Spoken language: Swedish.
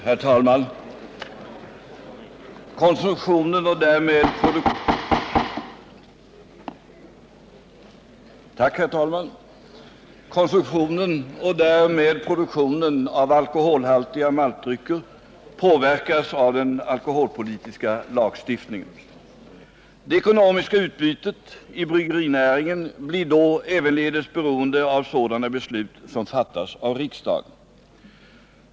Herr talman! Konsumtionen och därmed produktionen av alkoholhaltigå ruaaltdrycker påverkas av den alkoholpolitiska lagstiftningen. Det ekonomiska utbytet i bryggerinäringen blir då ävenledes beroende av sådana beslut som fattas av riksdagen.